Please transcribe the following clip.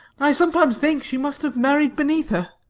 i sometimes think she must have married beneath her.